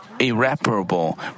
Irreparable